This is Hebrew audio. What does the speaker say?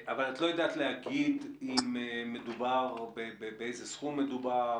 אבל את לא יודעת להגיד באיזה סכום מדובר?